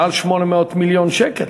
מעל 800 מיליון שקל,